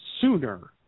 sooner